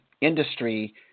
industry